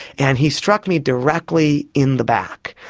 and he struck me directly in the back.